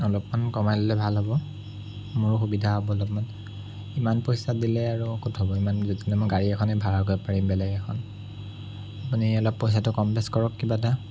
অলপমান কমাই ল'লে ভাল হ'ব মোৰো সুবিধা হ'ব অলপমান ইমান পইচা দিলে আৰু ক'ত হ'ব ইমান যদি মই গাড়ী এখনেই ভাড়া কৰিব পাৰিম বেলেগ এখন আপুনি অলপ পইচাটো কম বেচ কৰক কিবা এটা